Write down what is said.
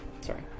Sorry